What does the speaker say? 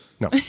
No